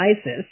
ISIS